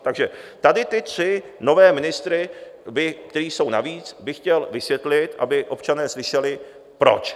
Takže tady ty tři nové ministry, kteří jsou navíc, bych chtěl vysvětlit, aby občané slyšeli, proč.